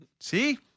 See